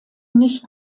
nicht